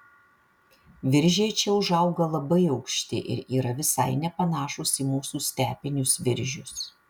viržiai čia užauga labai aukšti ir yra visai nepanašūs į mūsų stepinius viržius